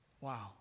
Wow